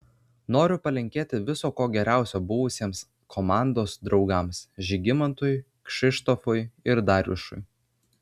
noriu palinkėti viso ko geriausio buvusiems komandos draugams žygimantui kšištofui ir darjušui